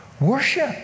Worship